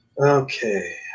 Okay